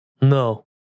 No